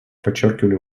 подчеркивали